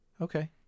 Okay